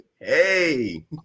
hey